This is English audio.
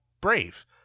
brave